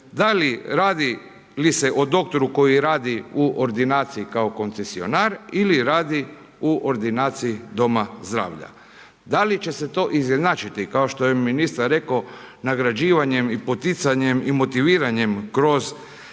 da li radi se o doktoru koji radi u ordinaciji kao koncesionar ili radi u ordinaciji doma zdravlja. Da li će se to izjednačiti kao što je ministar rekao nagrađivanjem i poticanjem i motiviranjem kroz